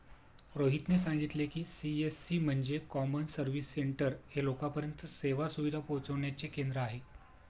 रोहितने सांगितले की, सी.एस.सी म्हणजे कॉमन सर्व्हिस सेंटर हे लोकांपर्यंत सेवा सुविधा पोहचविण्याचे केंद्र आहे